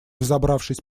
взобравшись